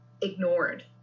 ignored